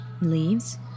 leaves